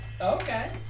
Okay